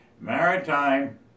Maritime